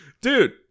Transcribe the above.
Dude